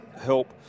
help